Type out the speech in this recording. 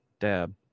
dab